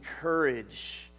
courage